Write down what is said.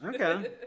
Okay